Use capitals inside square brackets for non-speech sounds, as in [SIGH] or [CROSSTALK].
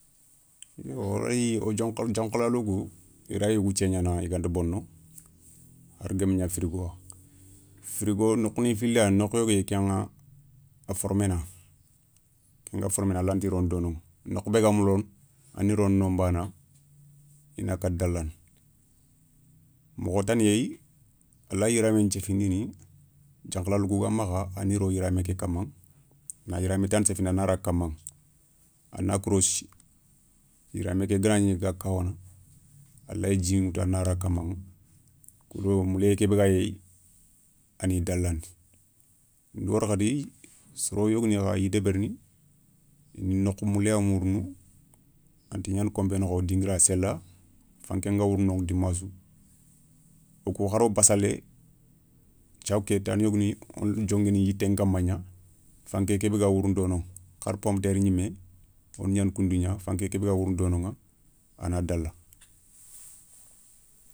Wo rayi wo [HESITATION] diankhalalou kou i rayi wouthié gnaana i ganta bono, har geum gna firigo wa, firigo nokhouni fili yani nokhou yogo yéyi keηa a forména, inda formé a lanti rono dono nokhou bé ga moulone a ni rono nonbana i na kata dalana. mokho tana yéyi a layi yiramoun théfindini diankhalalou kou ga makha a ni ro yiramé ké kamma na yiramé tana séfindi a na ra kamma. A na korossi, yiramé bé ganagni ga kawana a lay djin ghoutou a na ra kamaηa koudo mouléyé kébé gayéyi ani dalandi. wo do wori khadi soro yogoni kha i ya débérini nokhou moulé ya mourounou anta gnana konpé nokho dinguira séla, fanké nga wourounou noηa dimassou wo kou haro bassalé thiakou ké tani yogoni, a na dionguini yitté nkama gna, fanké ké bé ga wourounou doono har pomiteri gnimé a na gnaana koundou gna fanké ké bé ga wourounou doonoηa a na dala.